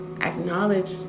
Acknowledge